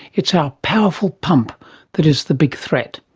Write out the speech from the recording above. it's our powerful pump that is the big threat.